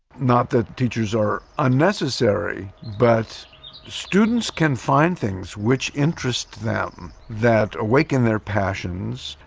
not that teachers are unnecessary, but students can find things which interest them that awaken their passions,